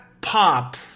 pop